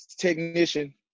technician